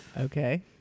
Okay